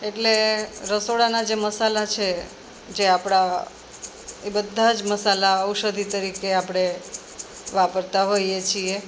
એટલે રસોડાના જે મસાલા છે જે આપણાં એ બધા જ મસાલા ઔષધી તરીકે આપળે વાપરતા હોઈએ છીએ